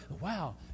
Wow